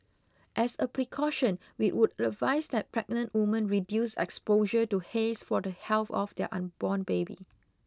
as a precaution we would advise that pregnant women reduce exposure to haze for the health of their unborn baby